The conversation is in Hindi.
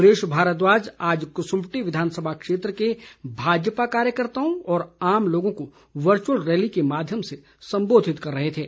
सुरेश भारद्वाज आज कसुम्पटी विधानसभा क्षेत्र के भाजपा कार्यकर्ताओं और आम लोगों को वर्चुअल रैली के माध्यम से संबोधित कर रहे थे